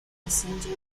passenger